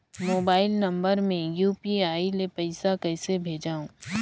Mobile number मे UPI ले पइसा कइसे भेजवं?